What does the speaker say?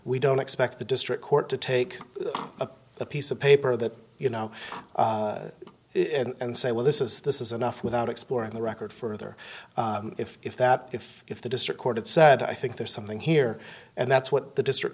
we don't expect the district court to take a piece of paper that you know and say well this is this is enough without exploring the record further if that if if the district court had said i think there's something here and that's what the district